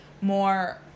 more